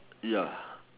ya